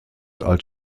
als